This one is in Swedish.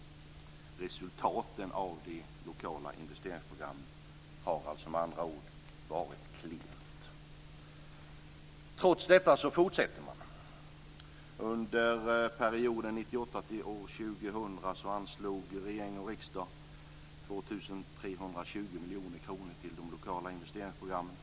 Resultaten av de lokala investeringsprogrammen har med andra ord varit klent. Trots detta fortsätter man. Under perioden 1998 2000 anslog regering och riksdag 2 320 miljoner kronor till de lokala investeringsprogrammen.